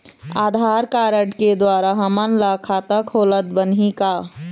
आधार card के द्वारा हमन ला खाता खोलत बनही का?